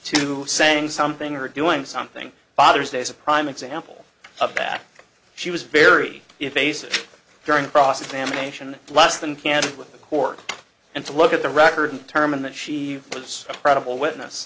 to saying something or doing something father's day is a prime example of back she was very evasive during cross examination less than candid with the court and to look at the record turman that she was a credible witness